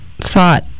thought